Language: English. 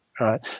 right